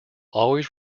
always